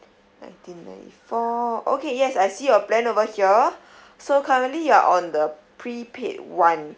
nineteen ninety four okay yes I see your plan over here so currently you are on the prepaid one